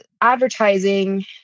advertising